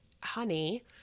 honey